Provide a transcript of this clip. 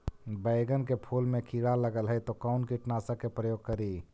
बैगन के फुल मे कीड़ा लगल है तो कौन कीटनाशक के प्रयोग करि?